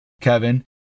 Kevin